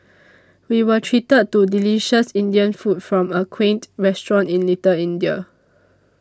we were treated to delicious Indian food from a quaint restaurant in Little India